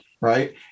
right